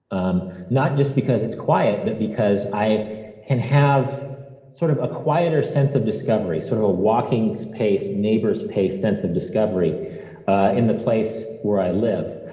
um not just because it's quiet, but because i can have sort of a quieter sense of discovery, sort of a walking so pace, neighbor's pace sense of discovery in the place where i live.